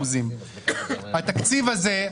התקציב הזה,